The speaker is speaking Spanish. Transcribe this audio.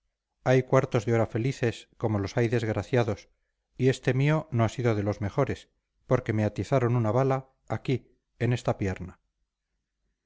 hay cuartos de hora felices como los hay desgraciados y este mío no ha sido de los mejores porque me atizaron una bala aquí en esta pierna